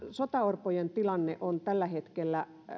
sotaorpojen tilanne on tällä hetkellä